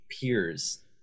peers